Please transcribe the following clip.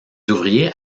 ouvriers